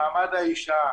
מעמד האישה,